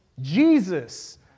Jesus